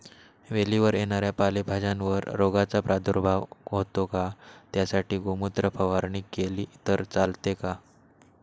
वेलीवर येणाऱ्या पालेभाज्यांवर रोगाचा प्रादुर्भाव होतो का? त्यासाठी गोमूत्र फवारणी केली तर चालते का?